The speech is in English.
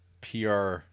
PR